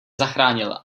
zachránil